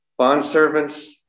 Bondservants